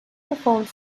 performed